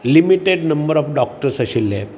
limited number of doctors आशिल्ले